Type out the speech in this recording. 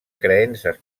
creences